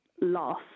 loss